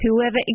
Whoever